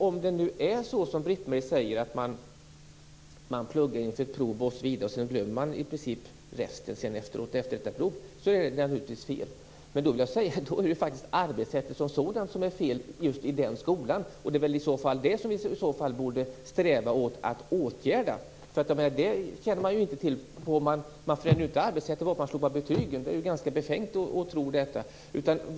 Om det är så som Britt-Marie Danestig säger, att eleverna pluggar inför proven och sedan i princip glömmer allt efteråt, är det naturligtvis fel. Men då är det ju arbetssättet som sådant som är fel i den aktuella skolan! Det är det som vi i så fall borde sträva efter att åtgärda. Man förändrar ju inte arbetssättet bara för att man slopar betygen. Det är ganska befängt att tro det!